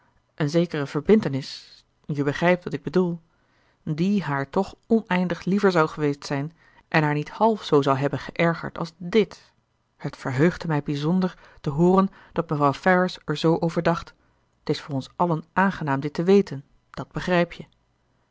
een zekere verbintenis je begrijpt wat ik bedoel die haar toch oneindig liever zou geweest zijn en haar niet half zoo zou hebben geërgerd als dit het verheugde mij bijzonder te hooren dat mevrouw ferrars er z over dacht t is voor ons allen aangenaam dit te weten dat begrijp je